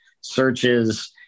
searches